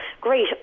great